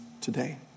today